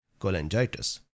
cholangitis